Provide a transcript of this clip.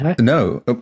No